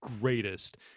greatest